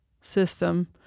system